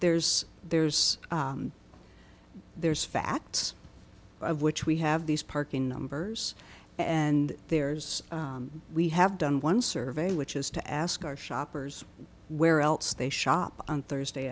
there's there's there's facts of which we have these parking numbers and there's we have done one survey which is to ask our shoppers where else they shop on thursday